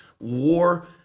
war